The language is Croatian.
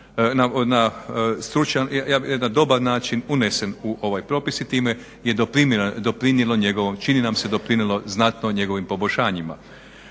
dobar način unesen u ovaj propis i time je doprinijelo njegovom, čini nam se doprinijelo znatno njegovim poboljšanjima.